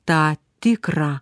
tą tikrą